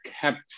kept